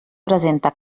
presenta